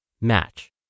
match